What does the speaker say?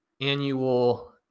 annual